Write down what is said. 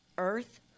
earth